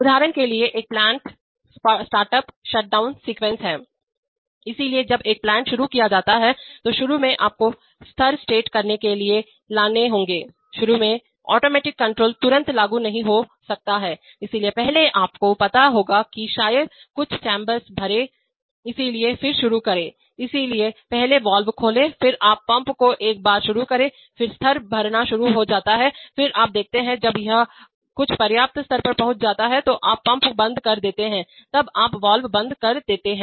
उदाहरण के लिए एक प्लांट स्टार्टअप शटडाउन सीक्वेंस है इसलिए जब एक प्लांट शुरू किया जाता है तो शुरू में आपको स्तर सेट करने के लिए लाने होंगे शुरू में ऑटोमेटिक कंट्रोल तुरंत लागू नहीं हो सकता है इसलिए पहले आपको पता होगा कि शायद कुछ चैम्बर भरें इसलिए फिर शुरू करें इसलिए पहले वाल्व खोलें फिर आप पंप को एक बार शुरू करें फिर स्तर भरना शुरू हो जाता है फिर आप देखते हैं जब यह कुछ पर्याप्त स्तर पर पहुंच जाता है तो आप पंप बंद कर देते हैं तब आप वाल्व बंद कर देते हैं